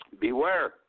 Beware